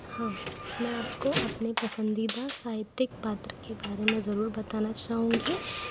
हाँ मैं आपको अपने पसंदीदा साहित्यिक पात्र के बारे में ज़रूर बताना चाहूँगी